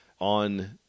on